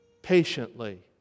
patiently